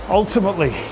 ultimately